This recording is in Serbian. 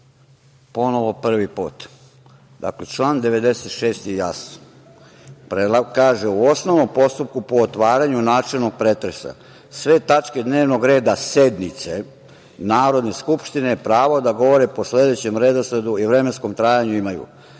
ponovo prvi put. Dakle, član 96. je jasan. Kaže – u osnovnom postupku po otvaranju načelnog pretresa sve tačke dnevnog reda sednice Narodne skupštine pravo da govore po sledećem redosledu i vremenskom trajanju imaju